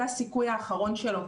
זה הסיכוי האחרון שלו,